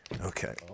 Okay